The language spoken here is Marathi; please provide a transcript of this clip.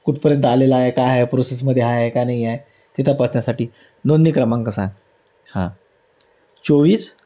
कुठपर्यंत आलेला आहे काय आहे प्रोसेसमध्ये आहे का नाही ते तपासण्यासाठी नोंदणी क्रमांक सांग हां चोवीस